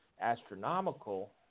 astronomical